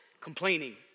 complaining